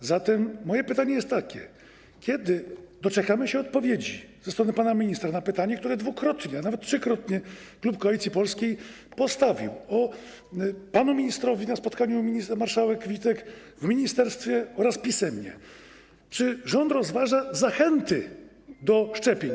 A zatem moje pytanie jest takie: Kiedy doczekamy się odpowiedzi ze strony pana ministra na pytanie, które dwukrotnie, a nawet trzykrotnie klub Koalicji Polskiej postawił panu ministrowi: na spotkaniu u marszałek Witek, w ministerstwie oraz pisemnie, czy rząd rozważa zachęty do szczepień?